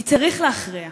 כי צריך להכריע.